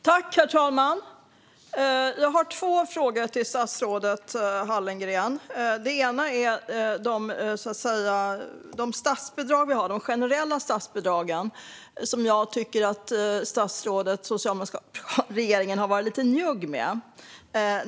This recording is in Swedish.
Herr talman! Jag har två funderingar. Den första är att jag tycker att regeringen har varit lite njugg med de generella statsbidragen.